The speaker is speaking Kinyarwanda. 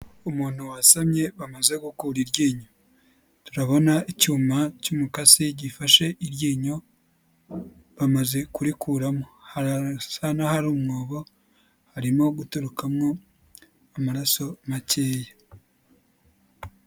Umuntu wasamye bamaze gukura iryinyo turabona icyuma cy'umukasi gifashe iryinyo bamaze kurikuramo harasa n'ahari umwobo harimo gutorukamwo amaraso makeya.